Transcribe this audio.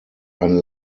ein